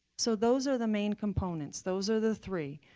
so those are the main components. those are the three.